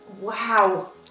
Wow